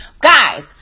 guys